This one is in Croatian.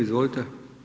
Izvolite.